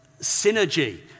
synergy